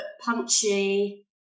punchy